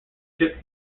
shook